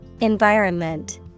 Environment